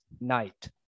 night